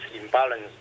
imbalance